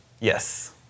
Yes